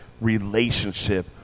relationship